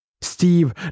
Steve